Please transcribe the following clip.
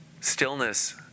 stillness